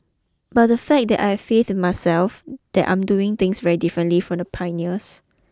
but the fact it that I faith in myself that I am doing things very differently from the pioneers